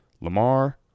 Lamar